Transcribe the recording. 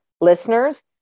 listeners